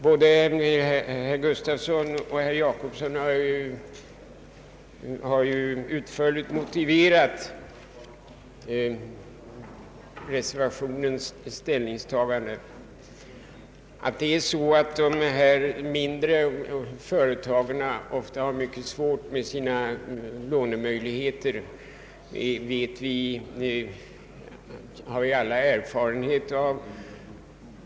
Både herr Nils-Eric Gustafsson och herr Per Jacobsson har ju utförligt motiverat reservationens ställningstagande. Att de mindre företagen ofta har det mycket svårt med sina lånemöjligheter känner vi alla till.